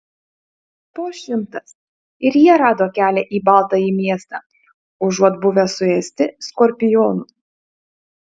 po šimtas ir jie rado kelią į baltąjį miestą užuot buvę suėsti skorpionų